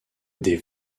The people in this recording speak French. des